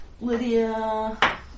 Lydia